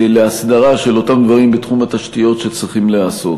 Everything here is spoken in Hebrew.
להסדרה של אותם דברים בתחום התשתיות שצריכים להיעשות.